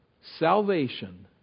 Salvation